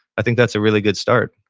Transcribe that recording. i think that's a really good start